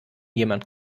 jemand